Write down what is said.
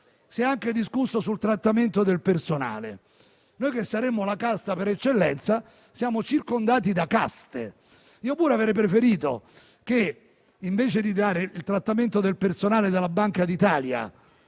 Si è anche discusso del trattamento del personale. Noi, che saremo la casta per eccellenza siamo circondati da caste. Io pure avrei preferito che, invece di dare il trattamento del personale della Banca d'Italia